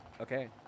okay